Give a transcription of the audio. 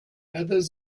others